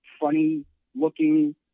funny-looking